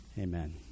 Amen